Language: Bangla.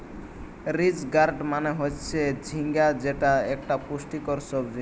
রিজ গার্ড মানে হচ্ছে ঝিঙ্গা যেটা একটা পুষ্টিকর সবজি